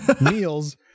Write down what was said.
meals